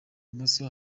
bumoso